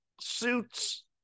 Suits